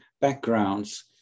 backgrounds